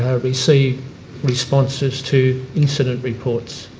ah receive responses to incident reports.